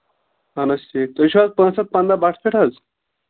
اہن حظ ٹھیٖک تُہۍ چھِو حظ پانٛژھ ہَتھ پنٛداہ بٹھ پٮ۪ٹھ حظ